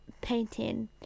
painting